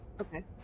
Okay